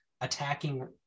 attacking